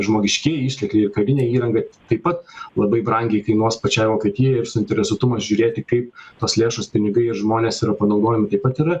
žmogiškieji ištekliai ir karinė įrangai taip pat labai brangiai kainuos pačiai vokietijai ir suinteresuotumas žiūrėti kaip tos lėšos pinigai ir žmonės yra panaudojami taip pat yra